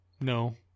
No